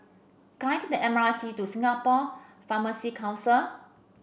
can I take the M R T to Singapore Pharmacy Council